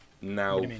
now